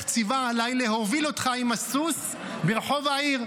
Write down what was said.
ציווה עלי להוביל אותך עם הסוס ברחוב העיר.